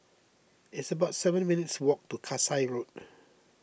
it's about seven minutes' walk to Kasai Road